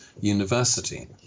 university